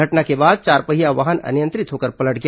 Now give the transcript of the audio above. घटना के बाद चारपहिया वाहन अनियंत्रित होकर पलट गया